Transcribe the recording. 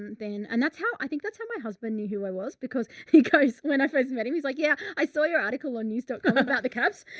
then, and that's how i think, that's how my husband knew who i was because he goes, when i first met him, he was like, yeah, i saw your article on news dot com about the cabs.